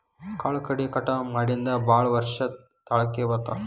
ಕಾಳು ಕಡಿ ಕಟಾವ ಮಾಡಿಂದ ಭಾಳ ವರ್ಷ ತಾಳಕಿ ಬರ್ತಾವ